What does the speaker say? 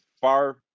far